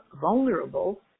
vulnerable